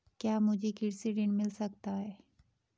क्या मुझे कृषि ऋण मिल सकता है?